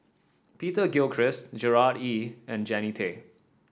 Peter Gilchrist Gerard Ee and Jannie Tay